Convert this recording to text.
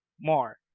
more